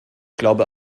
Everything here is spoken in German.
glaube